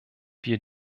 wir